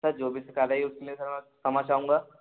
sir जो भी शिकायत आई उसके लिए सर मैं क्षमा चाहूँगा